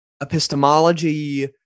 epistemology